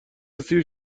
سیر